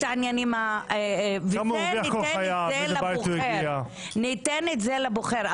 את זה ניתן לבוחר.